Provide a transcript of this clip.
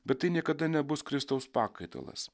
bet tai niekada nebus kristaus pakaitalas